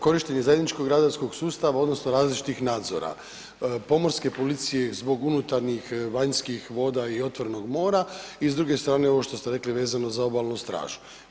Korištenje zajedničkog radarskog sustava odnosno različitih nadzora, pomorske policije zbog unutarnjih vanjskih voda i otvorenog mora i s druge strane ovo što ste rekli vezano za obalnu stražu.